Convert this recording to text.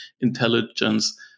intelligence